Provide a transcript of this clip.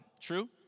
true